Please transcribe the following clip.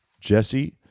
Jesse